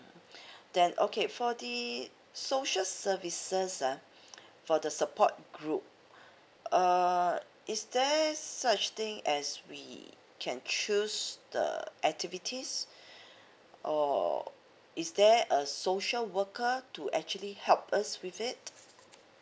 then okay for the social services ah for the support group err is there such thing as we can choose the activities or is there a social worker to actually help us with it